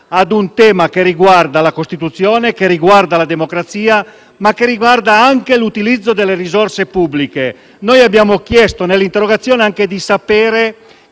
a un tema che riguarda la Costituzione così come la democrazia, ma anche l'utilizzo delle risorse pubbliche. Noi abbiamo chiesto nell'interrogazione anche di sapere